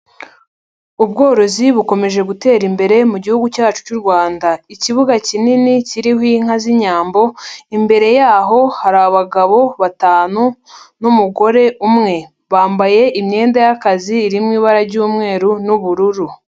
Ubworozi bukomeje gutera imbere mu gihugu cyacu cy'u Rwanda. Ikibuga kinini kiriho inka z'inyambo, imbere yaho hari abagabo batanu n'umugore umwe. Bambaye imyenda y'akazi iri mu ibara ry'umweru n'ubururu.